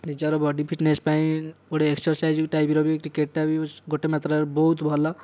ନିଜର body fitness ପାଇଁ ଗୋଟିଏ ଏକ୍ସରସାଇଜ ଟାଇପିର ବି କ୍ରିକେଟା ବି ଗୋଟିଏ ମାତ୍ରାରେ ବହୁତ ଭଲ